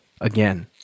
again